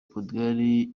portugal